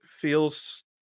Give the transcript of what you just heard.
feels